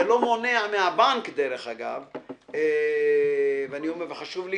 זה לא מונע מהבנק, דרך אגב, וחשוב לי